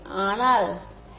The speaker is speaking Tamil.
அதனால்∇×HJ∂D∂t